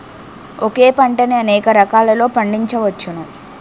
ఒకే పంటని అనేక రకాలలో పండించ్చవచ్చును